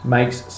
makes